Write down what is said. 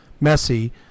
messy